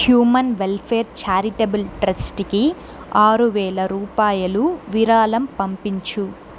human welfare charitable trust కి ఆరు వేల రూపాయలు విరాళం పంపించు